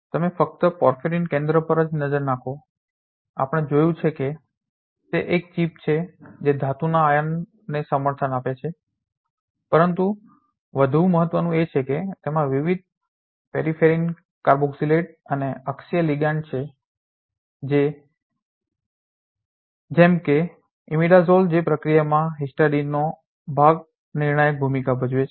તમે ફક્ત પોર્ફિરિન કેન્દ્રો પર એક નજર નાખો આપણે જોયું છે કે તે એક ચિપ છે જે ધાતુના આયનને સમર્થન આપે છે પરંતુ વધુ મહત્વનુ એ છે કે તેમાં વિવિધ પેરિફેરલ કાર્બોક્સિલેટ અને અક્ષીય લિગાન્ડ છે જેમ કે ઇમિડાઝોલ જે પ્રક્રિયામાં હિસ્ટિડાઇનનો ભાગ નિર્ણાયક ભૂમિકા ભજવે છે